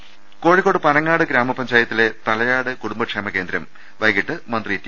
ദർശ്ശിക്കു കോഴിക്കോട് പനങ്ങാട് ഗ്രാമപഞ്ചായത്തിലെ തലയാട് കുടുംബക്ഷേമ കേന്ദ്രം വൈകീട്ട് മന്ത്രി ടി